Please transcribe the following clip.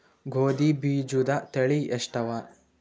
ಗೋಧಿ ಬೀಜುದ ತಳಿ ಎಷ್ಟವ?